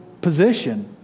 position